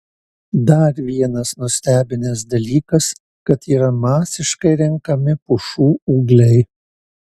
dar vienas nustebinęs dalykas kad yra masiškai renkami pušų ūgliai